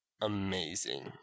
Amazing